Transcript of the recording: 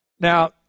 Now